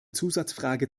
zusatzfrage